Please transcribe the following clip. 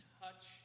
touch